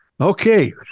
Okay